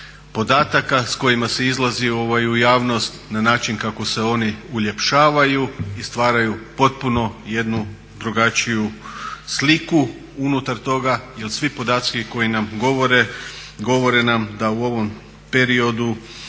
podataka s kojima se izlazi u javnost na način kako se oni uljepšavaju i stvaraju potpuno jednu drugačiju sliku unutar toga jer svi podaci koji nam govore, govore nam da u ovom periodu